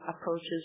approaches